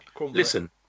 listen